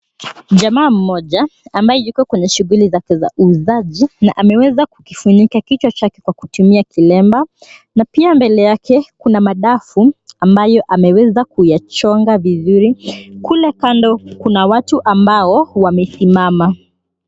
Jamaa mmoja ambaye yuko kwenye shughuli zake za uuzaji na ameweza kukifunika kichwa chake kwa kutumia kilemba na pia mbele yake kuna madafu ambayo ameweza kuyachonga vizuri. Kule kando kuna watu ambao wamesimama.